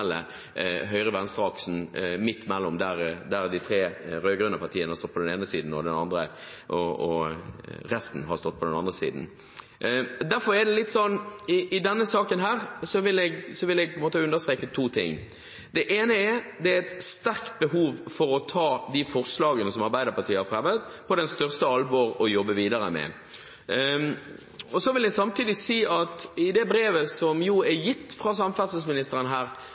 der de tre rød-grønne partiene har stått på den ene siden, og resten har stått på den andre siden. I denne saken vil jeg derfor understreke to ting. Det ene er at det er et sterkt behov for å ta de forslagene som Arbeiderpartiet har fremmet, på det største alvor og jobbe videre med dem. Samtidig sies det jo i brevet fra samferdselsministeren at man arbeider videre på en rekke av punktene. Noen tiltak vurderes, noen tiltak vurderes på et senere tidspunkt. På andre områder går man så langt – f.eks. i det som er